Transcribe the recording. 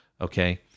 Okay